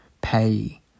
pay